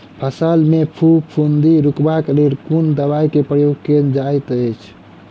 फसल मे फफूंदी रुकबाक लेल कुन दवाई केँ प्रयोग कैल जाइत अछि?